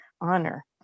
honor